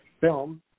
film